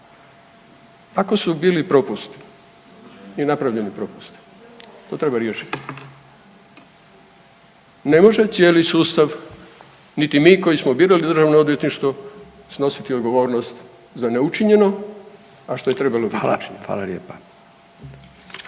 ako su bili propusti i napravljeni propusti, to treba riješiti. Ne može cijeli sustav, niti mi koji smo birali državno odvjetništvo snositi odgovornost za neučinjeno, a što je trebalo biti učinjeno. **Radin,